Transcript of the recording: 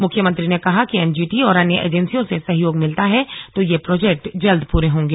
मुख्यमंत्री ने कहा कि एनजीटी और अन्य एजेंसियों से सहयोग मिलता है तो ये प्रोजेक्ट जल्द पूरे होंगे